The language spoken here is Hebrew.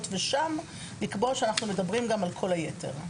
ושם לקבוע שאנחנו מדברים על כל היתר.